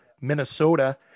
Minnesota